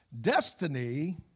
Destiny